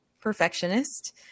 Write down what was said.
perfectionist